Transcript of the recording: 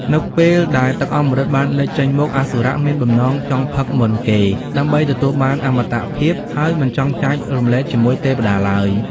នៅពេលដែលទឹកអម្រឹតបានលេចចេញមក អសុរៈមានបំណងចង់ផឹកមុនគេដើម្បីទទួលបានអមតភាព ហើយមិនចង់ចែករំលែកជាមួយទេវតាឡើយ។ ។